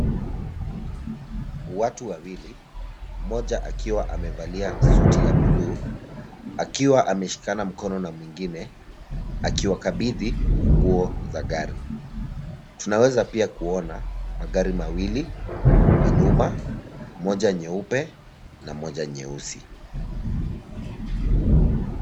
Watu wawili, mmoja akiwa amevalia suti ya buluu, akiwa ameshikana mkono na mwingine, akiwakabidhi, funguo za gari, tunaweza pia kuona, magari mawili, kwa nyuma, moja nyeupe, na moja nyeusi.